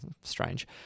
Strange